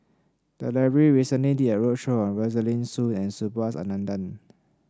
the library recently did a roadshow on Rosaline Soon and Subhas Anandan